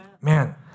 Man